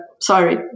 Sorry